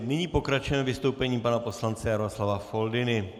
Nyní pokračujeme vystoupením pana poslance Jaroslava Foldyny.